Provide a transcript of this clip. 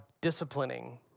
disciplining